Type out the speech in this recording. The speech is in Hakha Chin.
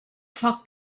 fak